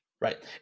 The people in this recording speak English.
right